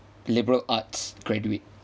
liberal arts graduate